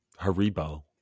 Haribo